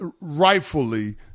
rightfully